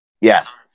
Yes